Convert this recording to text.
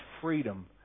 freedom